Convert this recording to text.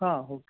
ಹಾಂ ಹೋಗಿ